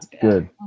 good